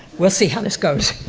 we'll see how this goes.